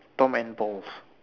Tom and Paul